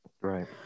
Right